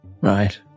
Right